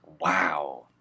Wow